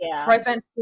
present